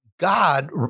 God